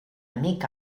mica